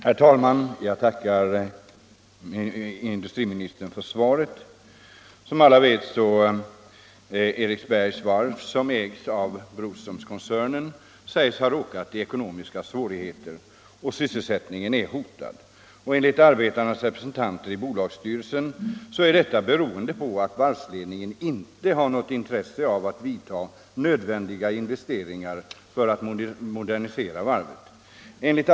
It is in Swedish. Herr talman! Jag tackar industriministern för svaret. Eriksbergs varv, som ägs av Broströmskoncernen, sägs — som alla vet — ha råkat i ekonomiska svårigheter, och sysselsättningen är hotad. Enligt arbetarnas representanter i bolagsstyrelsen är detta beroende på att varvsledningen inte har något intresse av att göra nödvändiga investeringar för att modernisera varvet.